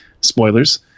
spoilers